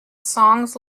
songs